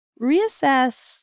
reassess